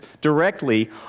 directly